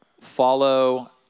Follow